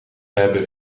hebben